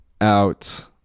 out